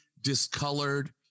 discolored